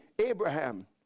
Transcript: Abraham